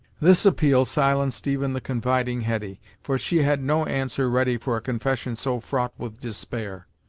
this appeal silenced even the confiding hetty, for she had no answer ready for a confession so fraught with despair.